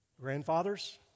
Grandfathers